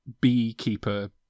beekeeper